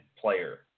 player